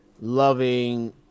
loving